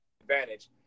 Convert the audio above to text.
advantage